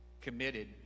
committed